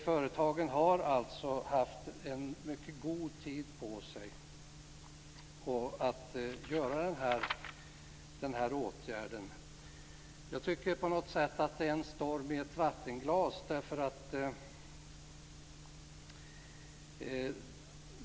Företagen har alltså haft mycket god tid på sig att vidta den här åtgärden. Jag tycker på något sätt att det här är en storm i ett vattenglas.